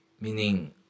meaning